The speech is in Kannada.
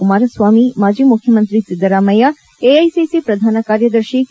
ಕುಮಾರಸ್ವಾಮಿ ಮಾಜಿ ಮುಖ್ಯಮಂತ್ರಿ ಸಿದ್ದರಾಮಯ್ಯ ಎಐಸಿಸಿ ಪ್ರಧಾನ ಕಾರ್ಯದರ್ಶಿ ಕೆ